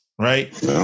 right